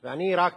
ואני רק